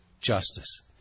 justice